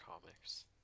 comics